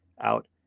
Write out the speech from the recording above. out